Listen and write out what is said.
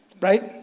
right